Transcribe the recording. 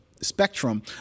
spectrum